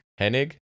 Hennig